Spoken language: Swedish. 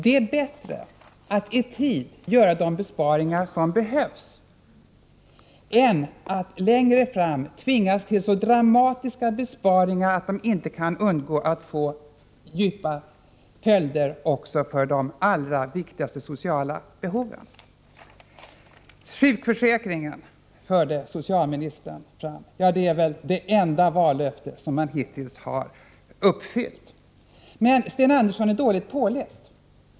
Det är bättre att i tid göra de besparingar som behövs än att längre fram tvingas till dramatiska besparingar som får svåra följder också för de allra viktigaste sociala behoven. Socialministern förde fram vallöftet när det gäller sjukförsäkringen. Ja, det är väl det enda vallöfte man hittills uppfyllt. Men Sten Andersson är dåligt påläst.